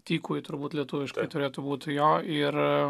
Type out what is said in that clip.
tyko turbūt lietuviškai turėtų būtų jo ir